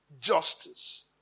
justice